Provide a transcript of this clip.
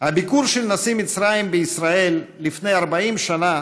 הביקור של נשיא מצרים בישראל לפני 40 שנה